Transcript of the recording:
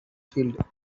field